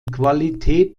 qualität